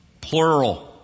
plural